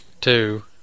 two